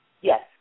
yes